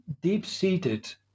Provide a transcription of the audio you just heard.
deep-seated